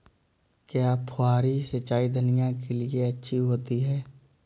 क्या फुहारी सिंचाई धनिया के लिए अच्छी होती है?